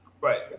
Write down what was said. Right